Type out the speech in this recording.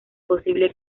posible